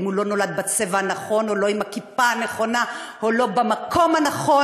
אם הוא לא נולד בצבע הנכון או לא עם הכיפה או לא במקום הנכון,